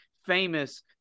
famous